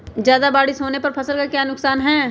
ज्यादा बारिस होने पर फसल का क्या नुकसान है?